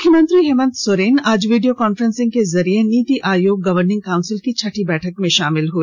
मुख्यमंत्री हेमंत सोरेन आज video conferencing के माध्यम से नीति आयोग गवर्निंग काउंसिल की छठी बैठक में शामिल हए